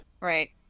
Right